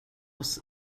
oss